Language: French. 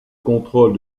contrôle